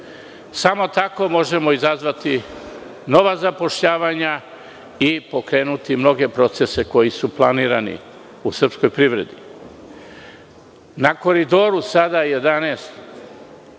Samo tako možemo izazvati nova zapošljavanja i pokrenuti mnoge procese koje su planirani u srpskoj privredi. Na Koridoru 11, od